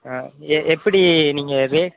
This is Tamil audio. ஏ எப்படி நீங்கள் ரேட்